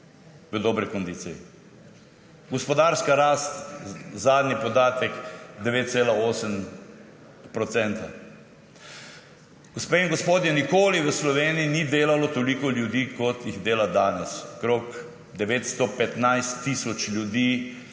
V dobri kondiciji. Gospodarska rast, zadnji podatek, 9,8 %. Gospe in gospodje, nikoli v Sloveniji ni delalo toliko ljudi, kot jih dela danes, okrog 915 tisoč ljudi